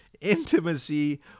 Intimacy